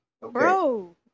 Bro